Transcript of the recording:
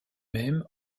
même